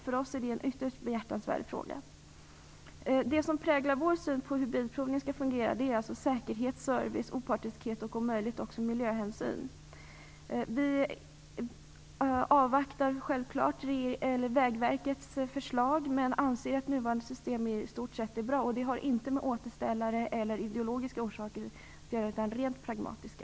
För oss är detta ytterst behjärtansvärt. Det som präglar vår syn på hur bilprovningen skall fungera är alltså säkerhet, service, opartiskhet och om möjligt också miljöhänsyn. Vi avvaktar självfallet Vägverkets förslag, men vi anser att det nuvarande systemet i stort sett är bra. Det har inte med återställare eller med ideologiska orsaker att göra, utan orsakerna är rent pragmatiska.